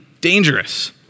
dangerous